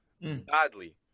Badly